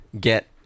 get